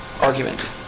argument